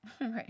Right